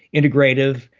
integrative,